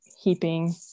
heaping